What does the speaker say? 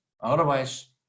Otherwise